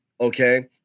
Okay